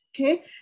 okay